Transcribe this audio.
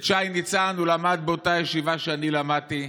שי ניצן למד באותה ישיבה שאני למדתי,